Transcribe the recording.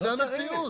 זאת המציאות.